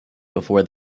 before